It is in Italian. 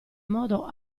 modo